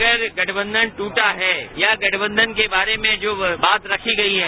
अगर गठबंधन ट्रटा है या गठबंधन के बारे में जो बात रखी गयी है